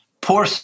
poor